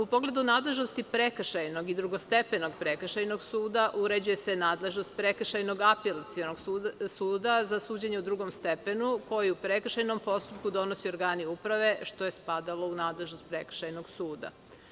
U pogledu nadležnosti prekršajnog i drugostepenog prekršajnog suda uređuje se nadležnost prekršajnog apelacionog suda za suđenje u drugom stepenu, koji u prekršajnom postupku donose organi uprave, što je spadalo u nadležnost prekršajnog suda.